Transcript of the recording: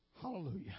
Hallelujah